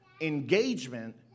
Engagement